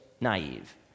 naive